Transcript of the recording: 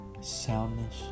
soundness